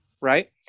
Right